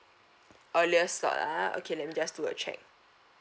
earliest slot ah okay let me just do a check